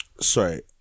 sorry